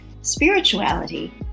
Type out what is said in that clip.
spirituality